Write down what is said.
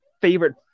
favorite